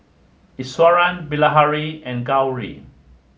Iswaran Bilahari and Gauri